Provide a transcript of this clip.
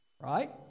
right